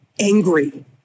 angry